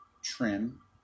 trim